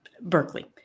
Berkeley